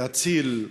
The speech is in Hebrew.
להציל,